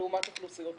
לעומת אוכלוסיות אחרות.